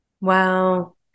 Wow